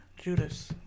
Judas